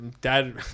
dad